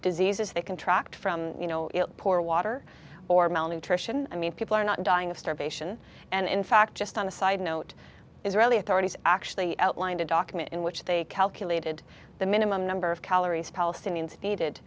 diseases they contract from you know poor water or malnutrition i mean people are not dying of starvation and in fact just on a side note israeli authorities actually outlined a document in which they calculated the minimum number of calories palestinians needed